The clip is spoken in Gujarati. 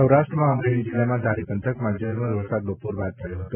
સૌરાષ્ટ્રમાં અમરેલી જિલ્લાના ધારી પંથકમાં ઝરમર વરસાદ બપોર બાદ પડ્યો છે